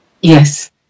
Yes